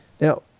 Now